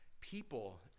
people